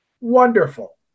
Wonderful